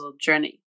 journey